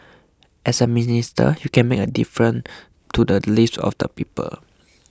as a minister you can make a difference to the lives of the people